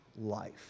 life